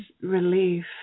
relief